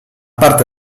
parte